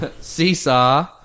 Seesaw